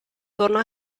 torna